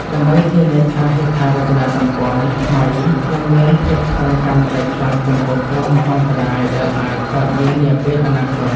ដើម្បីធានាថាហេដ្ឋារចនាសម្ព័ន្ធថ្មីនឹងមានភាពធន់កាន់តែខ្លាំងចំពោះគ្រោះមហន្តរាយដែលអាចកើតមាននាពេលអនាគត។